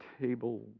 table